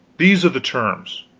these are the terms,